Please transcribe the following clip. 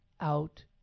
out